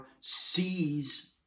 sees